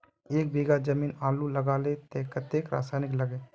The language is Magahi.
एक बीघा जमीन आलू लगाले तो कतेक रासायनिक लगे?